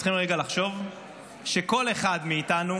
כולנו צריכים רגע לחשוב שכל אחד מאיתנו